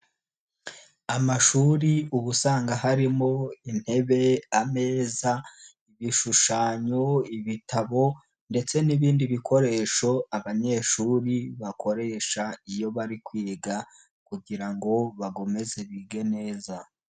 Amashuri ubu usanga harimo intebe ameza ibishushanyo, ibitabo ndetse n'ibindi bikoresho abanyeshuri bakoresha iyo bari kwiga kugira ngo bakomeze bige neza.